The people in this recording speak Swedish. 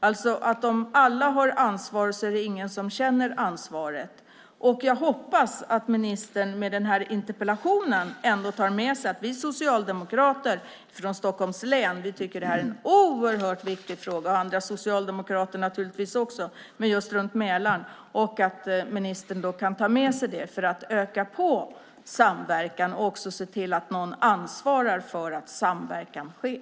Om alla har ansvar är det ingen som känner ansvaret. Jag hoppas att ministern i och med den här interpellationen tar med sig att vi socialdemokrater från Stockholms län tycker att det här är en oerhört viktig fråga. Det tycker naturligtvis också andra socialdemokrater. Men det gäller just runt Mälaren. Jag hoppas att ministern kan ta med sig detta för att öka samverkan och också se till att någon ansvarar för att samverkan sker.